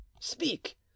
speak